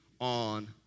on